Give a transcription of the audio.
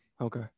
Okay